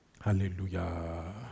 Hallelujah